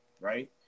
right